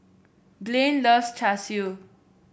Blain loves Char Siu